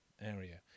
area